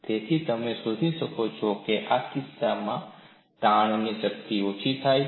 તેથી તમે જે શોધી શકશો તે એ છે કે આ કિસ્સામાં તાણની શક્તિ ઓછી થાય છે